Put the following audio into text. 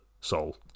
Soul